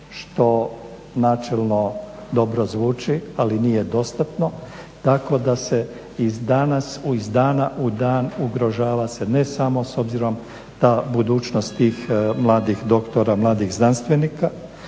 što načelno dobro zvuči ali nije dostatno tako da se danas iz dana u dan ugrožava se ne samo s obzirom ta budućnost tih mladih doktora, mladih znanstvenika,